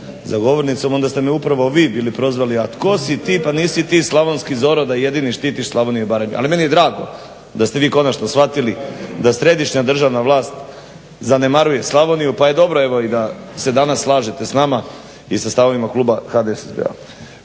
za govornicom, onda ste me upravo vi bili prozvali: "A tko si ti, pa nisi ti Slavonski Zorro da jedini štitiš Slavoniju i Baranju." Ali meni je drago da ste vi konačno shvatili da središnja državna vlast zanemariju Slavoniju, pa je dobro evo i da se danas slažete s nama i sa stavovima kluba HDSSB-a.